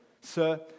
Sir